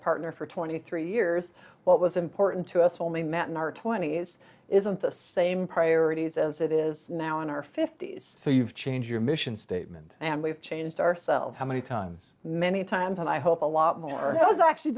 partner for twenty three years what was important to us when we met in our twenty's isn't the same priorities as it is now in our fifty's so you've changed your mission statement and we've changed ourselves how many times many times and i hope a lot more of those actually